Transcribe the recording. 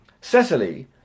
Cecily